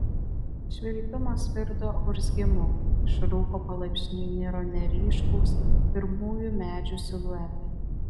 švilpimas virto urzgimu iš rūko palaipsniui niro neryškūs pirmųjų medžių siluetai